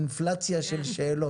אינפלציה של שאלות.